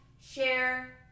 share